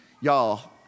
y'all